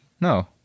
no